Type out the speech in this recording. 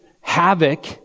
havoc